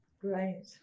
Great